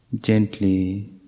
gently